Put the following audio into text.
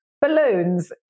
balloons